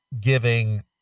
giving